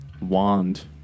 Wand